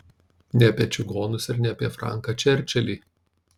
ne apie čigonus ir ne apie franką čerčilį